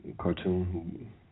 cartoon